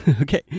Okay